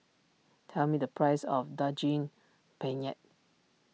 tell me the price of Daging Penyet